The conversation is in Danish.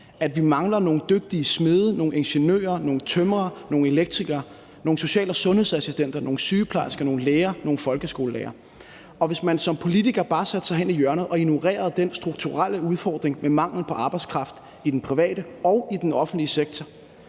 at vi mangler nogle dygtige smede, nogle ingeniører, nogle tømrere, nogle elektrikere, nogle social- og sundhedsassistenter, nogle sygeplejersker, nogle læger og nogle folkeskolelærere. Og hvis man som politiker bare satte sig hen i hjørnet og ignorerede den strukturelle udfordring med mangel på arbejdskraft i den private og i den offentlige sektor,